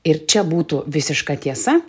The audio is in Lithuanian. ir čia būtų visiška tiesa